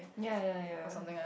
ya ya ya